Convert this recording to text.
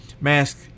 mask